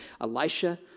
Elisha